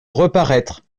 reparaître